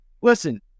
listen